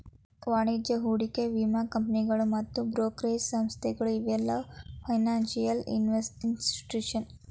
ವಾಣಿಜ್ಯ ಹೂಡಿಕೆ ವಿಮಾ ಕಂಪನಿಗಳು ಮತ್ತ್ ಬ್ರೋಕರೇಜ್ ಸಂಸ್ಥೆಗಳು ಇವೆಲ್ಲ ಫೈನಾನ್ಸಿಯಲ್ ಇನ್ಸ್ಟಿಟ್ಯೂಷನ್ಸ್